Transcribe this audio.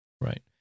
Right